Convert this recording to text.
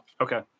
Okay